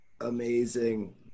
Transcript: Amazing